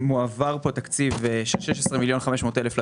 מועבר כאן תקציב של 16 מיליון ו-500 אלף שקלים